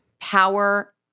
power